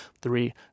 three